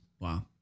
Wow